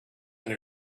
and